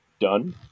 done